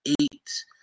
eight